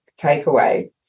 takeaway